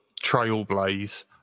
trailblaze